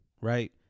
right